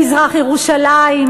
במזרח-ירושלים,